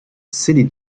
city